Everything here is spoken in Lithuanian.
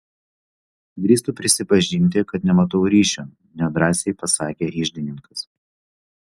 drįstu prisipažinti kad nematau ryšio nedrąsiai pasakė iždininkas